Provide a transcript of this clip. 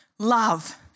Love